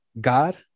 God